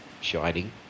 shining